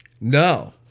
No